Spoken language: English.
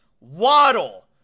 Waddle